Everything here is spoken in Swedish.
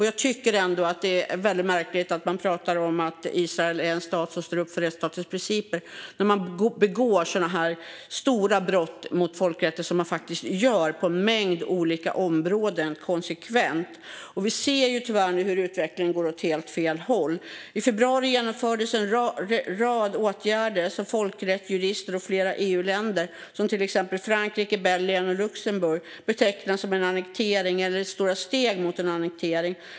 Jag tycker ändå att det är väldigt märkligt att prata om att Israel är en stat som står upp för rättsstatens principer när man begår så stora brott mot folkrätten som man konsekvent gör på en mängd olika områden. Vi ser tyvärr hur utvecklingen går åt helt fel håll. I februari genomfördes en rad åtgärder som folkrättsjurister och flera EU-länder, till exempel Frankrike, Belgien och Luxemburg, har betecknat som en annektering eller stora steg mot en annektering.